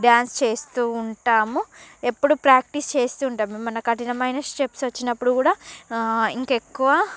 dance చేస్తూ ఉంటాము ఎప్పుడు ప్రాక్టీస్ చేస్తూ ఉంటాము ఏమైనా కఠినమయిన స్టెప్స్ వచ్చినప్పుడు కూడా ఇంకెక్కువ